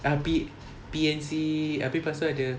ah P P_N_C abeh lepas tu ada